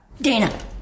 Dana